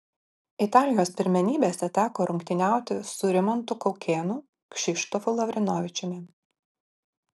italijos pirmenybėse teko rungtyniauti su rimantu kaukėnu kšištofu lavrinovičiumi